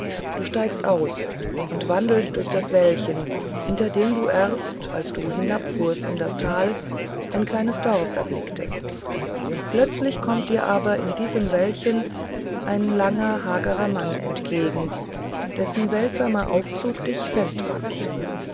du steigst aus und wandelst durch das wäldchen hinter dem du erst als du hinabfuhrst in das tal ein kleines dorf erblicktest plötzlich kommt dir aber in diesem wäldchen ein langer hagerer mann entgegen dessen seltsamer aufzug dich festbannt